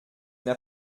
n’a